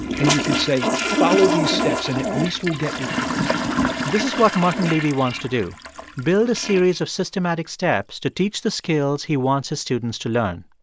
and you could say, follow these steps, and at least we'll get you close this is what martin levy wants to do build a series of systematic steps to teach the skills he wants his students to learn.